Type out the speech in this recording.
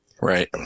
right